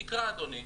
יקרא אדוני,